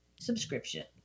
subscription